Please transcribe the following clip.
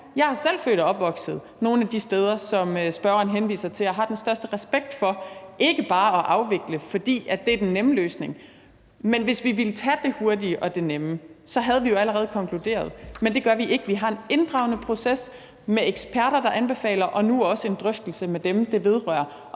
Jeg er selv født og opvokset nogle af de steder, som spørgeren henviser til, og jeg har den største respekt i forhold til ikke bare at afvikle, fordi det er den nemme løsning. Hvis vi ville gøre det hurtige og det nemme, havde vi jo allerede konkluderet noget, men det gør vi ikke, for vi har en inddragende proces med eksperter, der kommer med anbefalinger, og nu også en drøftelse med dem, det vedrører,